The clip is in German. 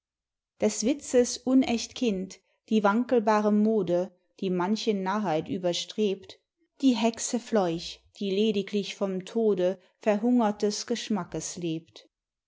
des witzes unächt kind die wankelbare mode die manche narrheit überstrebt die here fleuch die lediglich vom tode verhungertes geschmackes lebt